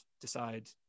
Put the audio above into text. decide